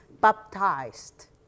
baptized